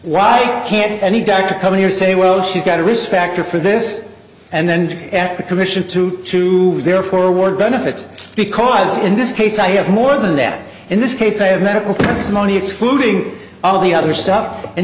why can't any doctor come here say well she's got a risk factor for this and then ask the commission to to their forward benefits because in this case i have more than that in this case a of medical testimony excluding all the other stuff in